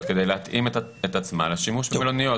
כדי להתאים את עצמה לשימוש במלוניות.